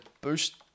boost